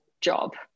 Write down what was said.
job